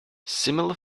similar